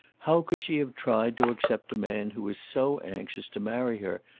how could she have tried to accept a man who was so anxious to marry her,